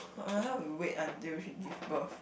might as well you wait until she give birth